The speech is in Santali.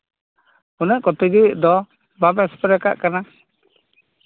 ᱩᱱᱟᱹᱜ ᱠᱚ ᱛᱤᱡᱩᱭᱮᱫ ᱫᱚ ᱵᱟᱯᱮ ᱥᱯᱨᱮᱭᱟᱜ ᱠᱟᱱᱟ